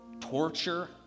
torture